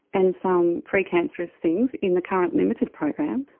and some pre-cancerous things in the current limited program,